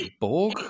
borg